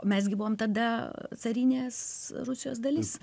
mes gi buvom tada carinės rusijos dalis